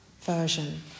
version